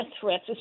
threats